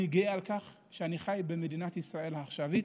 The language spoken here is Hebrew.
אני גאה על כך שאני חי במדינת ישראל העכשווית,